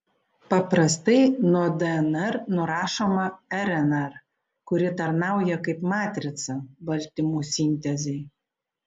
paprastai nuo dnr nurašoma rnr kuri tarnauja kaip matrica baltymų sintezei